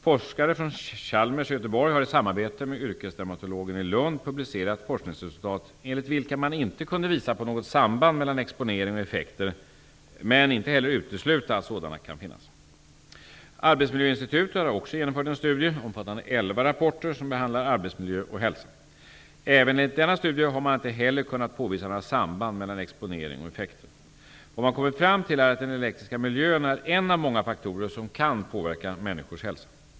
Forskare från Chalmers i Göteborg har i samarbete med yrkesdermatologen i Lund publicerat forskningsresultat enligt vilka man inte kunde visa på något samband mellan exponering och effekter, men inte heller utesluta att sådana kan finnas. Arbetsmiljöinstitutet har också genomfört en studie, omfattande elva rapporter, som behandlar arbetsmiljö och hälsa. Inte heller enligt denna studie har man kunnat påvisa några samband mellan exponering och effekter. Vad man kommit fram till är att den elektriska miljön är en av många faktorer som kan påverka människors hälsa.